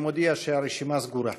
אני מודיע שהרשימה סגורה.